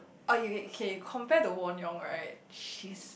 oh you you okay you compare to Won-Young right she's